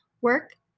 Work